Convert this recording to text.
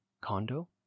condo